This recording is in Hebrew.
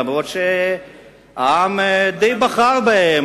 אף-על-פי שהעם די בחר בהם,